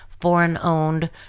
foreign-owned